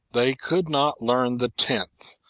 they could not learn the tenth,